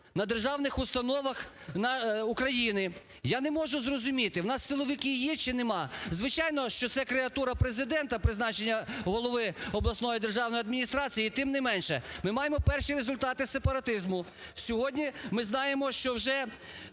на державних установах України. Я не можу зрозуміти: у нас силовики є чи немає? Звичайно, що це креатура Президента - призначення голови обласної державної адміністрації, і, тим не менше, ми маємо перші результати сепаратизму. Сьогодні ми знаємо, що вже